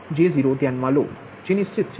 05 j0 ધ્યાનમાં લો જે નિશ્ચિત છે